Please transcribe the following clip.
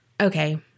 okay